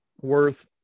worth